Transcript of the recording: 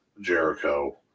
Jericho